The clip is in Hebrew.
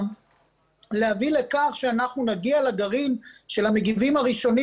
להביא לכך שאנחנו נגיע לגרעין של המגיבים הראשונים